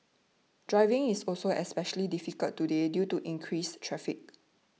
driving is also especially difficult today due to increased traffic